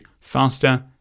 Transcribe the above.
faster